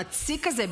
המציק הזה,